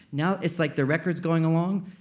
now, it's like the record's going along,